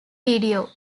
video